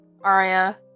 Arya